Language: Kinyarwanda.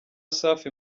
safi